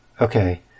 Okay